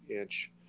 inch